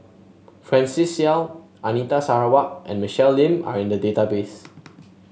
Francis Seow Anita Sarawak and Michelle Lim are in the database